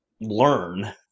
learn